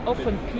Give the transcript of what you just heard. often